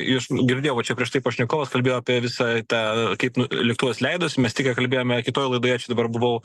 jus girdėjau va čia prieš tai pašnekovas kalbėjo apie visą tą kaip lėktuvas leidosi mes tik ką kalbėjome kitoj laidoje čia dabar buvau